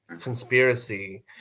conspiracy